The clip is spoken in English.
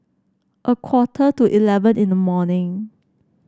a quarter to eleven in the morning